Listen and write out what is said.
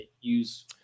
use